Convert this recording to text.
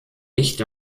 nicht